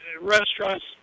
restaurants